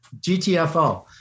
GTFO